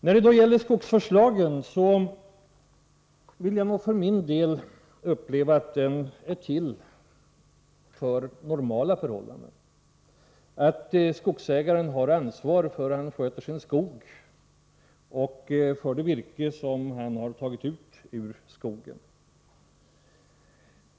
Jag har den uppfattningen att skogsvårdslagen är till för normala förhållanden. Den reglerar hur skogsägaren skall ta ansvaret för sin skog och för det virke han tagit ut ur skogen.